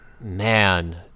Man